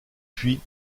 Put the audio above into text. puis